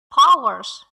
powers